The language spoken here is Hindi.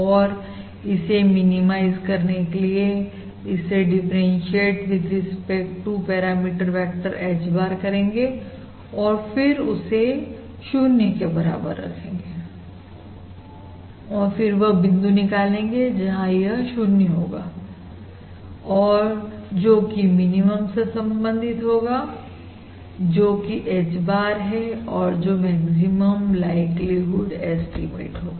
और इसे मिनिमाइज करने के लिए इसे differentiate with respect to parameter vector H bar करेंगे और फिर उसे 0 के बराबर रखेंगे और फिर वह बिंदु निकालेंगे जहां यह 0 होगा जो कि मिनिमम से संबंधित होगा और जो कि H bar है और जो मैक्सिमम लाइक्लीहुड एस्टीमेट होगा